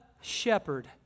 shepherd